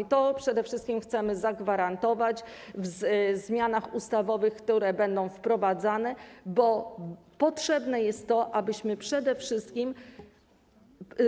I to przede wszystkim chcemy zagwarantować w zmianach ustawowych, które będą wprowadzane, bo potrzebne jest, abyśmy przede wszystkim